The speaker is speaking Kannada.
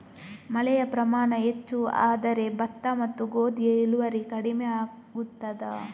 ಮಳೆಯ ಪ್ರಮಾಣ ಹೆಚ್ಚು ಆದರೆ ಭತ್ತ ಮತ್ತು ಗೋಧಿಯ ಇಳುವರಿ ಕಡಿಮೆ ಆಗುತ್ತದಾ?